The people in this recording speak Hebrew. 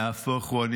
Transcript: נהפוך הוא,